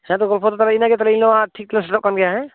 ᱦᱮᱸ ᱛᱳ ᱜᱚᱞᱯᱳ ᱫᱚ ᱤᱱᱟᱹᱜ ᱜᱮ ᱤᱧ ᱱᱚᱣᱟ ᱴᱷᱤᱠ ᱛᱮᱧ ᱥᱮᱴᱮᱨᱚᱜ ᱠᱟᱱ ᱜᱮᱭᱟ ᱦᱮᱸ